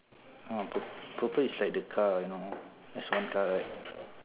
oh purp~ purple is like the car you know there's one car right